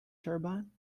turbine